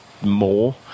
more